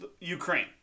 Ukraine